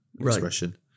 expression